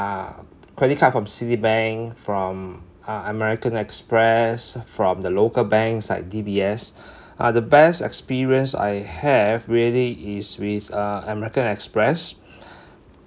uh credit card from Citibank from uh American Express from the local banks like D_B_S uh the best experience I have really is with uh American Express